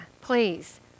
please